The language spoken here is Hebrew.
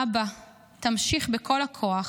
אבא, תמשיך בכל הכוח,